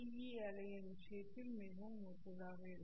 இ அலையின் விஷயத்திற்கு மிகவும் ஒத்ததாக இருக்கும்